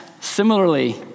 similarly